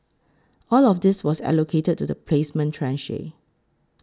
all of this was allocated to the placement tranche